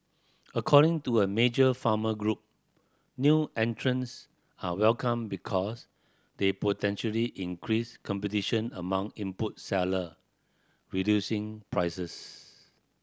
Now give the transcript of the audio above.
according to a major farmer group new entrants are welcome because they potentially increase competition among input seller reducing prices